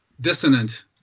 dissonant